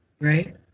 right